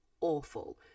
awful